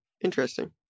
Interesting